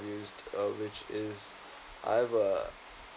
used uh which is I've a